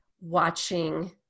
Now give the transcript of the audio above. watching